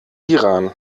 iran